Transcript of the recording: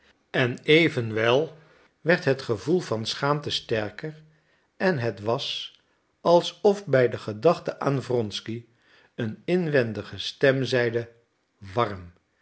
en evenwel werd het gevoel van schaamte sterker en het was alsof bij de gedachte aan wronsky een inwendige stem zeide warm